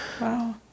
Wow